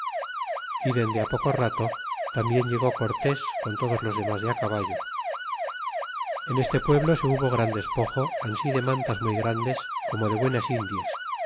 é dende poco rato tambien llegó cortés con todos los demas de caballo en este pueblo se hubo gran despojo ansi de mantas muy grandes como de buenas indias